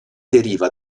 deriva